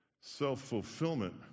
self-fulfillment